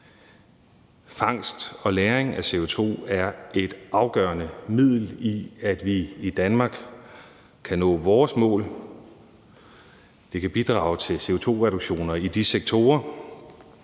Fangst og lagring af CO2 er et afgørende middel til, at vi i Danmark kan opnå vores mål. Det kan bidrage til CO2-reduktioner i de sektorer,